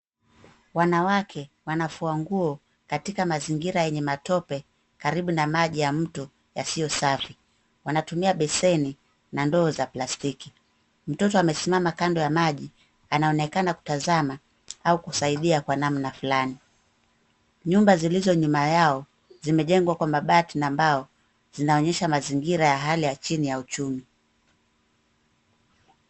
Wanawake wanafua nguo katika mazingira yenye matope karibu na maji ya mto yasiyo safi. Wanatumia beseni na ndoo za plastiki. Mtoto amesimama kando ya maji anaonekana kutazama au kusaidia kwa namna fulani. Nyumba zilizo nyuma yao zimejengwa kwa mabati na mbao zinaonyesha mazingira ya hali ya chini ya uchumi.